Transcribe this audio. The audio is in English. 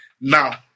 Now